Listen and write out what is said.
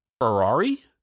Ferrari